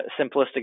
simplistic